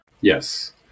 yes